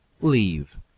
Leave